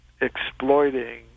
exploiting